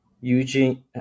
eugene